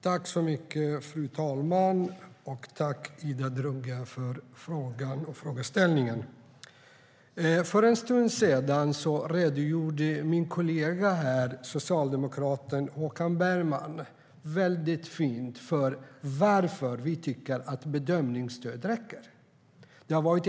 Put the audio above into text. Fru talman! Tack, Ida Drougge, för frågorna! För en stund sedan redogjorde min kollega, socialdemokraten Håkan Bergman, väldigt fint för varför vi tycker att bedömningsstöd räcker.